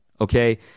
okay